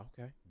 Okay